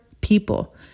people